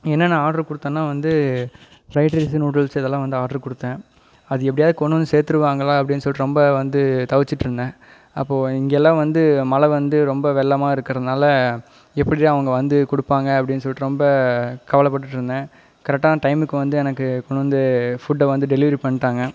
என்னென்ன ஆர்டர் கொடுத்தன்னா வந்து ஃப்ரைட் ரைஸ் நூடுல்ஸ் இதெல்லாம் வந்து ஆர்டர் கொடுத்தேன் அது எப்படியாவது கொண்டு வந்து சேர்த்துருவாங்களா அப்படின்னு சொல்லிட்டு ரொம்ப வந்து தவிச்சிகிட்ருந்தேன் அப்போது இங்கெல்லாம் வந்து மழை வந்து ரொம்ப வெள்ளமாக இருக்கிறனால எப்பட்றா அவங்க வந்து கொடுப்பாங்க அப்படின்னு சொல்லிட்டு ரொம்ப கவலைப்பட்டுட்ருந்தேன் கரெக்டான டைமுக்கு வந்து எனக்கு கொண்டு வந்து ஃபுட்டை வந்து டெலிவெரி பண்ணிடாங்க